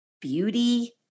beauty